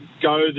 go